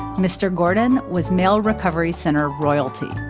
mr. gordon was mail recovery center royalty.